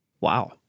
Wow